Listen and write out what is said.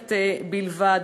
הרושמת בלבד.